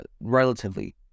relatively